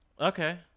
Okay